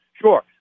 Sure